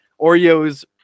Oreos